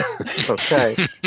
Okay